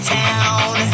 town